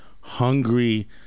hungry